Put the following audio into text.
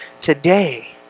today